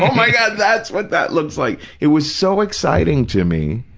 my god, that's what that looks like. it was so exciting to me.